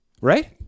right